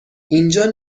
اینجا